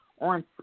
on